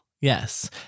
Yes